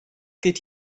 geht